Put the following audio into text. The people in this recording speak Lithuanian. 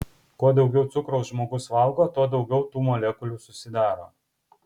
kuo daugiau cukraus žmogus valgo tuo daugiau tų molekulių susidaro